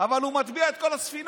אבל הוא מטביע את כל הספינה.